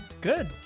Good